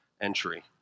entry